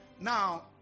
Now